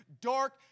dark